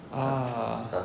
ah